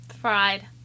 Fried